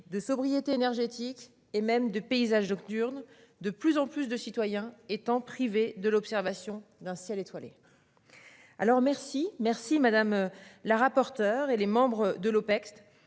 de sobriété énergétique et même de paysages nocturnes de plus en plus de citoyens étant privé de l'observation d'un ciel étoilé. Alors merci, merci madame la rapporteure et les membres de l'Opecst